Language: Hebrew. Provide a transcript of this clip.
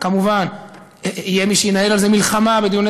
כמובן יהיה מי שינהל על זה מלחמה בדיוני